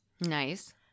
Nice